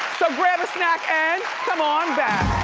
so grab a snack and come on back.